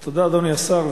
תודה, אדוני השר.